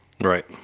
Right